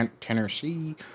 Tennessee